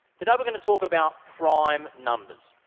today we're going to talk about prime numbers.